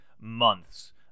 months